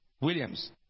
Williams